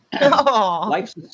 Life's